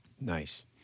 Nice